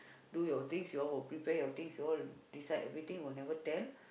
do your things you all will prepare your things you all decide everything will never tell